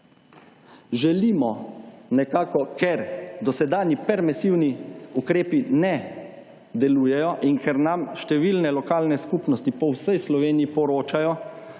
želimo nekako ker dosedanji permesivni ukrepi ne delujejo in ker nam številne lokalne skupnosti po vsej Sloveniji poročajo,